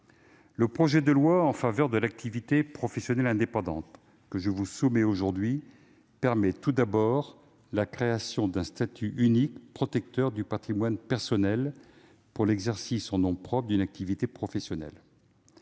Le projet de loi en faveur de l'activité professionnelle indépendante que je vous soumets aujourd'hui permet tout d'abord la création d'un statut unique, protecteur du patrimoine personnel, pour l'exercice en nom propre d'une activité professionnelle.